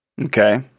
Okay